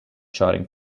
charing